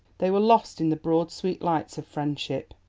they were lost in the broad, sweet lights of friendship.